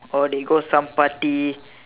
or they go some party